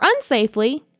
unsafely